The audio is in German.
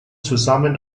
zusammen